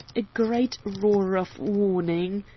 a great roar of warning.